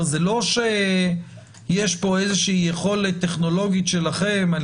זה לא שיש פה איזושהי יכולת טכנולוגית שלכם שעל